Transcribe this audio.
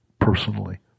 personally